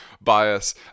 bias